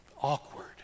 awkward